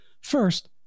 First